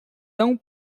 tão